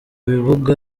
bibuga